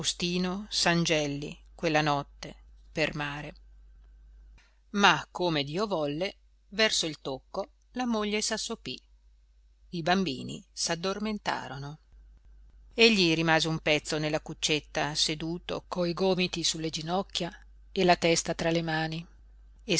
faustino sangelli quella notte per mare ma come dio volle verso il tocco la moglie s'assopí i bambini s'addormentarono egli rimase un pezzo nella cuccetta seduto coi gomiti sulle ginocchia e la testa tra le mani